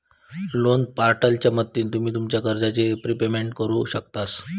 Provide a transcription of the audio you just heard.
loan पोर्टलच्या मदतीन तुम्ही तुमच्या कर्जाचा प्रिपेमेंट करु शकतास